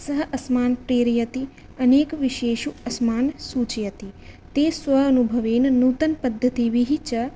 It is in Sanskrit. सः अस्मान् प्रेरयति अनेकविषयेषु अस्मान् सूचयति ते स्व अनुभवेन नूतनपद्धतिभिः च